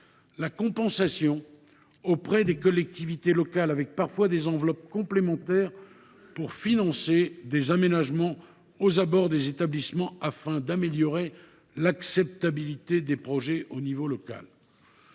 la compensation auprès des collectivités locales, y compris sous la forme d’enveloppes complémentaires, du financement d’aménagements aux abords des établissements, afin d’améliorer l’acceptabilité des projets au niveau local